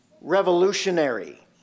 revolutionary